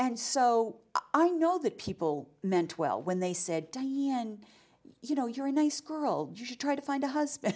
and so i know that people meant well when they said you know you're a nice girl did you try to find a husband